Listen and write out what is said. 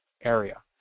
area